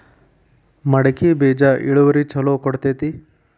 ಮಡಕಿ ಬೇಜ ಇಳುವರಿ ಛಲೋ ಕೊಡ್ತೆತಿ?